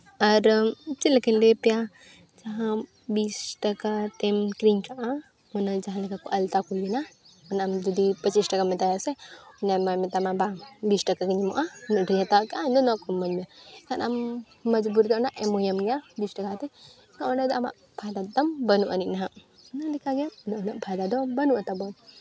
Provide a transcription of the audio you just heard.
ᱟᱨ ᱪᱮᱫ ᱞᱮᱠᱟᱧ ᱞᱟᱹᱭ ᱟᱯᱮᱭᱟ ᱡᱟᱦᱟᱸ ᱵᱤᱥ ᱴᱟᱠᱟ ᱛᱮᱢ ᱠᱤᱨᱤᱧ ᱟᱠᱟᱫᱼᱟ ᱚᱱᱟ ᱡᱟᱦᱟᱸ ᱞᱮᱠᱟ ᱟᱞᱛᱟ ᱠᱚ ᱦᱩᱭ ᱮᱱᱟ ᱚᱱᱟ ᱡᱩᱫᱤ ᱯᱚᱸᱪᱤᱥ ᱴᱟᱠᱟᱢ ᱢᱮᱛᱟᱭᱟ ᱥᱮ ᱧᱮᱞ ᱢᱮ ᱢᱮᱛᱟᱢᱟᱭ ᱵᱟᱝ ᱵᱤᱥ ᱴᱟᱠᱟ ᱜᱤᱧ ᱮᱢᱚᱜᱼᱟ ᱩᱱᱟᱹᱜ ᱰᱷᱮᱨ ᱦᱟᱛᱟᱣ ᱠᱮᱫᱼᱟ ᱤᱧᱫᱚ ᱱᱚᱣᱟ ᱠᱚ ᱤᱢᱟᱹᱧ ᱢᱮ ᱮᱱᱠᱷᱟᱱ ᱟᱢ ᱵᱤᱥ ᱴᱟᱠᱟ ᱠᱟᱛᱮᱫ ᱮᱱᱠᱷᱟᱱ ᱚᱸᱰᱮ ᱫᱚ ᱟᱢᱟᱜ ᱯᱷᱟᱭᱫᱟ ᱫᱚ ᱛᱟᱢ ᱵᱟᱹᱱᱩᱜ ᱟᱹᱱᱤᱡ ᱱᱟᱦᱟᱜ ᱚᱱᱟ ᱞᱮᱠᱟᱜᱮ ᱩᱱᱟᱹᱜ ᱯᱷᱟᱭᱫᱟ ᱫᱚ ᱵᱟᱹᱱᱩᱜᱼᱟ ᱛᱟᱵᱚᱱ